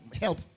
help